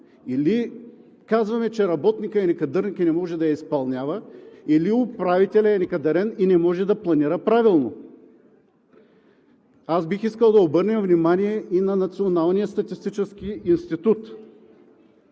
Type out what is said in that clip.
или казваме, че работникът е некадърник и не може да я изпълнява, или управителят е некадърен и не може да планира правилно. Аз бих искал да обърнем внимание и на Националния статистически институт.